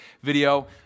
video